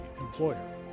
employer